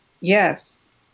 yes